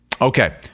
Okay